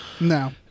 No